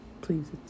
please